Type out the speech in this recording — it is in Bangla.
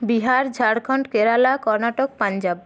বিহার ঝাড়খন্ড কেরালা কর্ণাটক পঞ্জাব